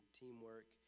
teamwork